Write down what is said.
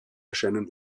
erscheinen